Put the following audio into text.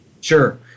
Sure